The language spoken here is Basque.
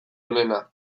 onena